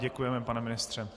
Děkujeme, pane ministře.